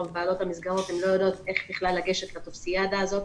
המסגרות לא יודעות בכלל איך לגשת לטופסיאדה הזאת